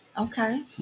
Okay